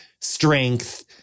strength